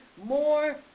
More